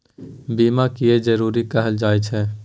बीमा किये जरूरी कहल जाय छै?